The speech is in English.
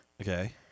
Okay